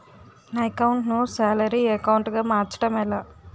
నా అకౌంట్ ను salary account గా మార్చటం ఎలా?